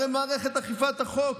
הרי מערכת אכיפת החוק